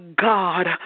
God